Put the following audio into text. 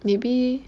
maybe